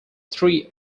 three